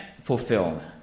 fulfilled